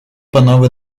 панове